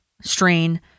strain